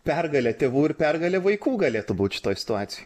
pergalė tėvų ir pergalė vaikų galėtų būt šitoj situacijoj